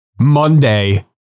Monday